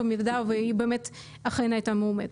במידה והיא באמת אכן הייתה מאומתת.